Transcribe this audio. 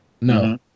No